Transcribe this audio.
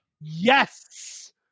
Yes